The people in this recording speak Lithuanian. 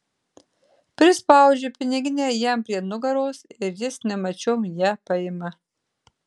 prispaudžiu piniginę jam prie nugaros ir jis nemačiom ją paima